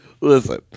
Listen